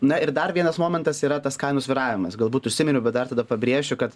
na ir dar vienas momentas yra tas kainų svyravimas galbūt užsiminiau bet dar tada pabrėšiu kad